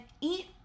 eat